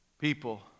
people